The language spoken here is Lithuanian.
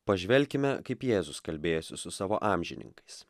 pažvelkime kaip jėzus kalbėjosi su savo amžininkais